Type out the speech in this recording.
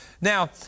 Now